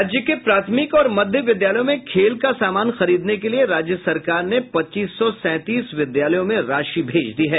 राज्य के प्राथमिक और मध्य विद्यालयों में खेल का सामान खरीदने के लिये राज्य सरकार ने पच्चीस सौ सैंतीस विद्यालयों में राशि भेज दी है